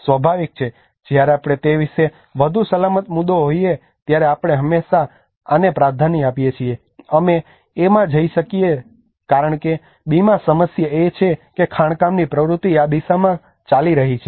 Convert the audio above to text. સ્વાભાવિક છે કે જ્યારે આપણે તે વિશે વધુ સલામત મુદ્દો હોઈએ ત્યારે આપણે હંમેશાં હાને પ્રાધાન્ય આપીએ છીએ અમે A માં જઇ શકીએ છીએ કારણ કે B માં સમસ્યા એ છે કે ખાણકામની પ્રવૃત્તિ આ દિશામાં ચાલી રહી છે